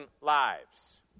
lives